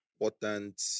important